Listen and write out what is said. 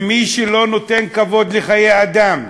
ומי שלא נותן כבוד לחיי אדם,